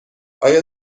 آیا